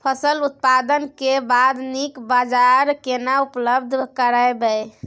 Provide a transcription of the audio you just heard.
फसल उत्पादन के बाद नीक बाजार केना उपलब्ध कराबै?